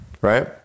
right